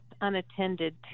unattended